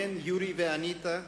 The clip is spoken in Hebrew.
בן יורי ואניטה,